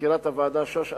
מזכירת הוועדה שוש אזולאי,